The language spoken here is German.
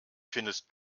findest